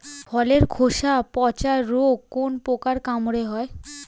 ফলের খোসা পচা রোগ কোন পোকার কামড়ে হয়?